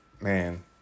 man